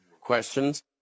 questions